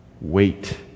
Wait